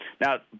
Now